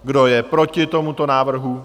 Kdo je proti tomuto návrhu?